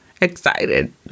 excited